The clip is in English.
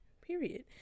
period